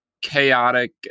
chaotic